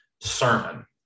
sermon